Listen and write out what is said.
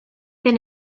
den